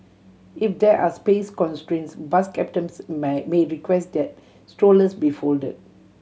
if there are space constraints bus captains may request that strollers be folded